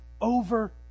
over